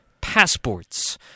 passports